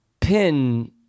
pin